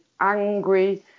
angry